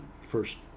first